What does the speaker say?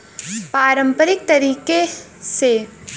पारंपरिक तरह से मछरी मारे वाला नाव भी होला